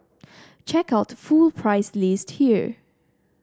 check out full price list here